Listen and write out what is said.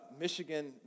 Michigan